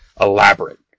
elaborate